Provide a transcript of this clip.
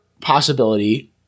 possibility